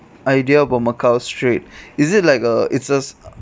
idea about macau straight is it like uh it's a